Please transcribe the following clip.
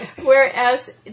Whereas